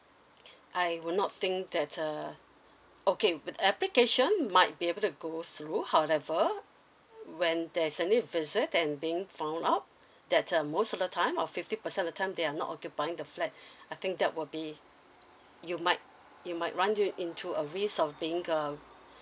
I would not think that uh okay with application might be able to go through however when there's any visit and being found out that uh most of the time or fifty percent of the time they are not occupying the flat I think that will be you might you might run you into a risk of being uh